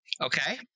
Okay